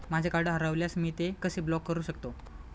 माझे कार्ड हरवल्यास मी ते कसे ब्लॉक करु शकतो?